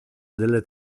delle